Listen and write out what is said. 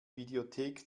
videothek